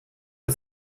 hil